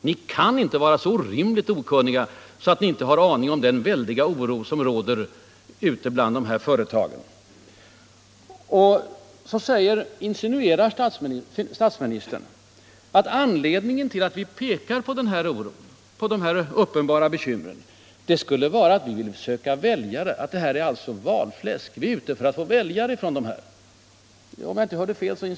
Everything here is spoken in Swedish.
Ni kan inte vara så orimligt okunniga att ni inte har någon aning om de bekymmer som råder bland dessa företag. Statsministern insinuerar att anledningen till att vi pekar på företagens oro, på dessa uppenbara bekymmer, skulle vara att vi söker väljare från företagarna, att våra påpekanden är valfläsk.